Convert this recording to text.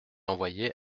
envoyé